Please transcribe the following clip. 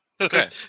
Okay